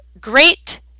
great